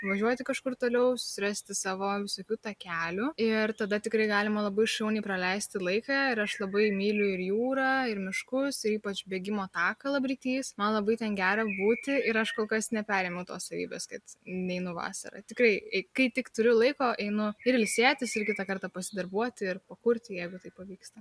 važiuoti kažkur toliau susirasti savo visokių takelių ir tada tikrai galima labai šauniai praleisti laiką ir aš labai myliu ir jūrą ir miškus ypač bėgimo taką labrytys man labai ten gera būti ir aš kol kas neperėmiau tos savybės kad neinu vasarą tikrai kai tik turiu laiko einu ir ilsėtis ir kitą kartą pasidarbuoti ir pakurti jeigu tai pavyksta